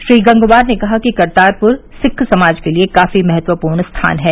श्री गंगवार ने कहा कि करतारपुर सिख समाज के लिए काफी महत्वपूर्ण स्थान है